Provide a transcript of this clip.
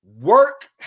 work